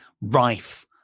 rife